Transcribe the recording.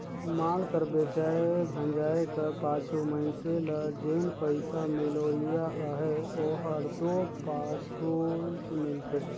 माल कर बेंचाए भंजाए कर पाछू मइनसे ल जेन पइसा मिलोइया अहे ओहर दो पाछुच मिलथे